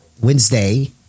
Wednesday